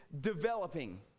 developing